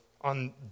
on